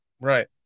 Right